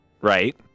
right